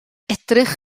edrych